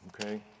okay